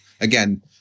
Again